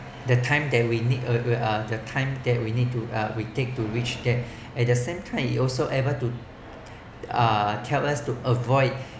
the time that we need uh uh the time that we need to uh we take to which that at the same time it's also able to uh tell us to avoid